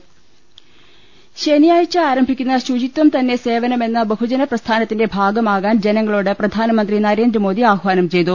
ങ്ങ ൽ ശനിയാഴ്ച ആരംഭിക്കുന്ന ശുചിത്വം തന്നെ സേവനമെന്ന ബഹുജ നപ്രസ്ഥാനത്തിന്റെ ഭാഗമാകാൻ ജനങ്ങളോട് പ്രധാനമന്ത്രി നരേന്ദ്രമോദി ആഹാനം ചെയ്തു